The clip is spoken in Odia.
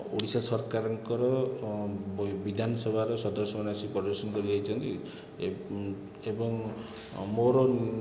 ଓଡ଼ିଶା ସରକାରଙ୍କର ବିଧାନସଭାର ସଦସ୍ୟମାନେ ଆସିକି ପରିଦର୍ଶନ କରିଯାଇଛନ୍ତି ଏବଂ ମୋର